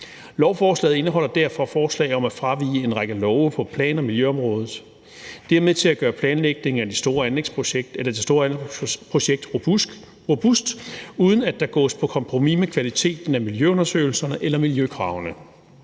Lovforslaget indeholder derfor forslag om at fravige en række regler på plan- og miljølovområdet; det er med til at gøre planlægning af det store anlægsprojekt robust, uden at der gås på kompromis med kvaliteten af miljøundersøgelserne eller miljøkravene.